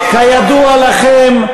כידוע לכם,